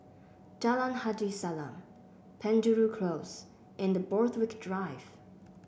Jalan Haji Salam Penjuru Close and Borthwick Drive